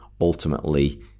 ultimately